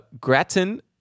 gratin